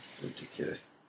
ridiculous